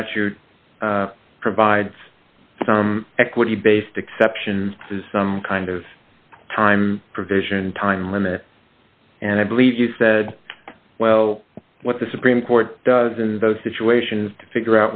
statute provides some equity based exceptions is some kind of time provision time limit and i believe you said well what the supreme court does in those situations to figure